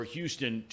Houston